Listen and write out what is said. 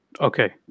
Okay